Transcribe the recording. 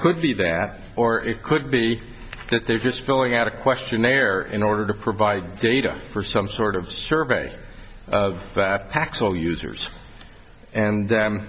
could be that or it could be that they're just filling out a questionnaire in order to provide data for some sort of survey of actual users and